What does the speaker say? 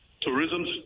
tourism